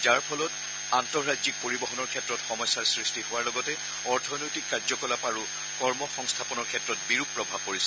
যাৰ ফলত আন্তঃৰাজ্যিক পৰিবহনৰ ক্ষেত্ৰত সমস্যাৰ সৃষ্টি হোৱাৰ লগতে অৰ্থনৈতিক কাৰ্যকলাপ আৰু কৰ্মসংস্থাপনৰ ক্ষেত্ৰত বিৰূপ প্ৰভাৱ পৰিছে